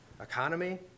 economy